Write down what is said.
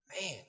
Man